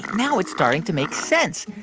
now it's starting to make sense.